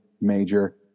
major